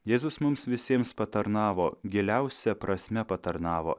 jėzus mums visiems patarnavo giliausia prasme patarnavo